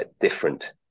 different